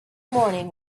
morning